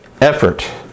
effort